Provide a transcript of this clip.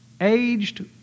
aged